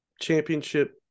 championship